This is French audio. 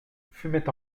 fumait